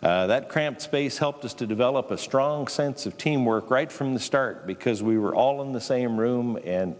that cramped space helped us to develop a strong sense of teamwork right from the start because we were all in the same room and